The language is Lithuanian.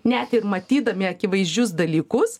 net ir matydami akivaizdžius dalykus